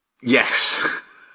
Yes